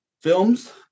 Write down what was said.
films